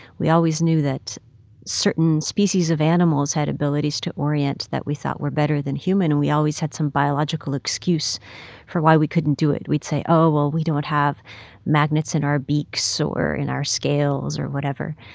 we always knew that certain species of animals had abilities to orient that we thought were better than human, and we always had some biological excuse for why we couldn't do it. we'd say, oh, well, we don't have magnets in our beaks or in our scales or whatever.